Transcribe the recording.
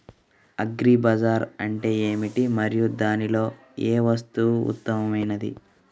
Agri Bazar అంటే ఏమిటి మరియు దానిలో ఏ వస్తువు ఉత్తమమైనది?